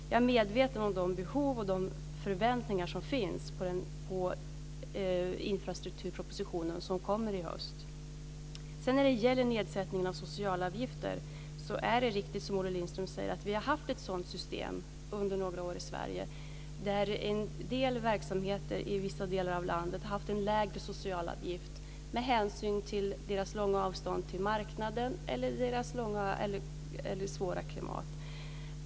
Jag är medveten om dessa behov och om de förväntningar som finns på infrastrukturpropositionen som kommer i höst. När det gäller nedsättningen av socialavgifter är det riktigt som Olle Lindström säger att vi har haft ett sådant system under några år i Sverige att en del verksamheter i vissa delar av landet haft en lägre socialavgift med hänsyn till deras långa avstånd till marknaden eller till deras svåra klimat.